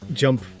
jump